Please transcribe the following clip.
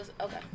Okay